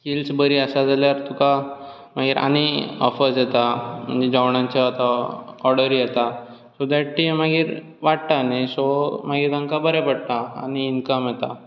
skills बरी आसा जाल्यार तुका मागीर आनी ऑफर्स येता आनी जेवणाच्यो आतां ऑर्डरी येता सो डेट तें मागीर वाडटा न्हय सो मागीर तांकां बऱ्या पडटा आनी इन्कम येता